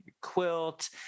quilt